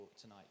tonight